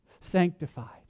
sanctified